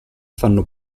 fanno